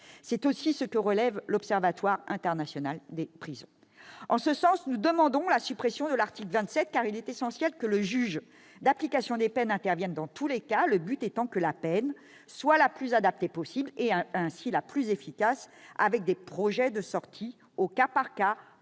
C'est aussi ce que relève l'Observatoire international des prisons. C'est pourquoi nous demanderons la suppression de l'article 27, car il est essentiel que le juge de l'application des peines intervienne dans tous les cas, le but étant que la peine soit la plus adaptée possible, et ainsi la plus efficace, avec des « projets de sortie » au cas par cas